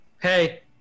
Hey